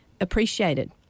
appreciated